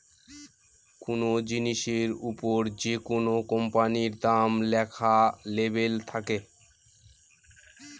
কোনো জিনিসের ওপর যেকোনো কোম্পানির নাম লেখা লেবেল থাকে